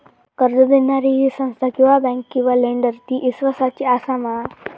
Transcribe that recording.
कर्ज दिणारी ही संस्था किवा बँक किवा लेंडर ती इस्वासाची आसा मा?